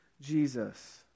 Jesus